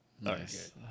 Nice